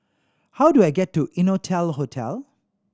how do I get to Innotel Hotel